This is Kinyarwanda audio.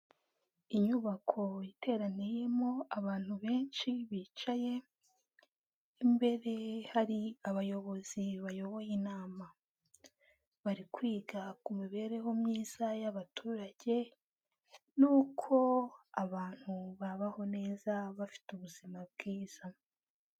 Inyubako iteraniyemo abantu benshi bicaye imbere hari abayobozi bayoboye inama bari kwiga ku mibereho myiza y'abaturage n'uko abantu babaho neza bafite ubuzima bwiza.